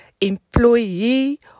employee